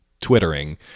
Twittering